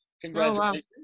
Congratulations